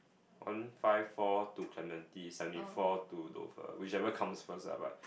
one five four to Clementi seventy four to Dover whichever comes first ah but